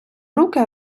руки